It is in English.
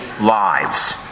lives